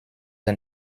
ein